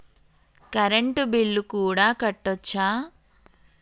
Current bill కూడా కట్టొచ్చా?